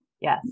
Yes